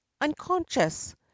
unconscious